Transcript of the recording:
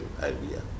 idea